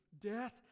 Death